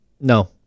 No